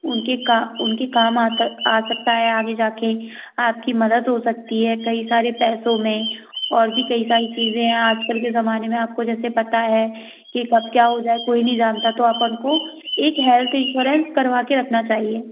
उनके का उनके काम आ सकता है आगे जा कर आपकी मदद हो सकती है कई सारे पैसों में और भी कई सारी चीज़ै हैं आज कल के ज़माने में आपको जैसे पता है कि कब क्या हो जाए कोई नहीं जानता तो अपन को एक हैल्थ इन्श्योरेन्स करवा के रखना चाहिए